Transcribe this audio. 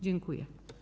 Dziękuję.